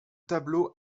tableau